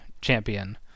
champion